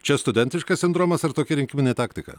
čia studentiškas sindromas ar tokia rinkiminė taktika